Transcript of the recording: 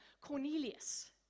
Cornelius